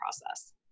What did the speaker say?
process